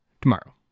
tomorrow